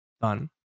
done